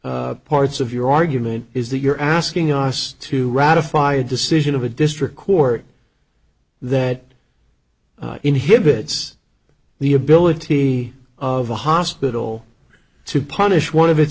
parts of your argument is that you're asking us to ratify a decision of a district court that inhibits the ability of a hospital to punish one of